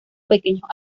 pequeños